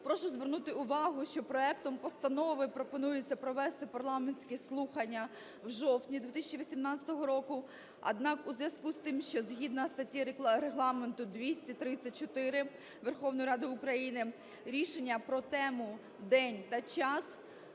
Прошу звернути увагу, що проектом постанови пропонується провести парламентські слухання в жовтні 2018 року. Однак у зв'язку з тим, що згідно статті Регламенту 234 Верховної Ради України рішення про тему, день та час